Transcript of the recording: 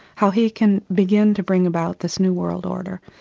how he can begin to bring about this new world order.